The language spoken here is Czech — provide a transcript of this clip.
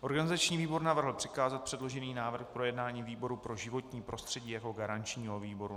Organizační výbor navrhl přikázat předložený návrh k projednání výboru pro životní prostředí jako garančnímu výboru.